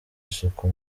isuku